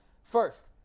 First